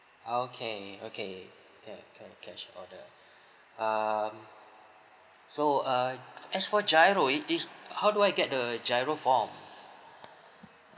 okay okay ca~ ca~ cash order um so uh as for GIRO it it how do I get the GIRO form